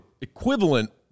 equivalent